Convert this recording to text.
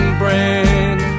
brand